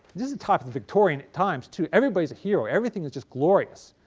this is the top of the victorian times too, everybody is a hero, everything is just glorious.